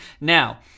Now